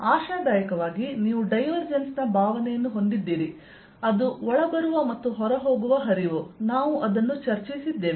ಆಶಾದಾಯಕವಾಗಿ ನೀವು ಡೈವರ್ಜೆನ್ಸ್ ನ ಭಾವನೆಯನ್ನು ಹೊಂದಿದ್ದೀರಿ ಅದು ಒಳಬರುವ ಮತ್ತು ಹೊರಹೋಗುವ ಹರಿವು ನಾವು ಅದನ್ನು ಚರ್ಚಿಸಿದ್ದೇವೆ